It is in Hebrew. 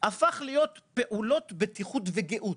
הפכו להיות פעולות בטיחות וגיהות.